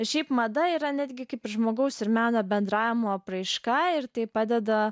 šiaip mada yra netgi kaip žmogaus ir meno bendravimo apraiška ir tai padeda